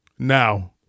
Now